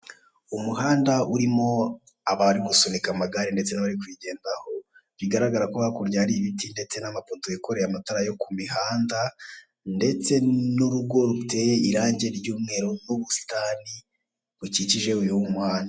Umuhanda urimo abari gusunika amagare ndetse n'abari kurigendaho bigaragara ko hakurya hari ibiti ndetse n'amapoto yikoreye amatara yo ku muhanda ndetse n'urugo ruteye irange ry'umweru n'ubusitani bukikije uyu muhanda.